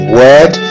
word